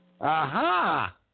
Aha